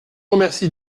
remercie